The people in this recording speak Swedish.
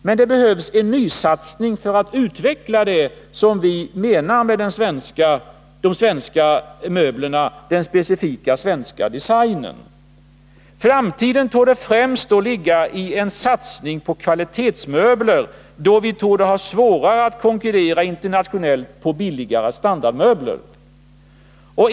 Men det behövs en nysatsning för att utveckla den specifika svenska designen. Framtiden torde främst ligga i en satsning på kvalitetsmöbler, då vi torde ha svårare att konkurrera internationellt i fråga om billigare standardmöbler.